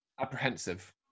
apprehensive